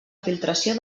filtració